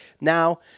Now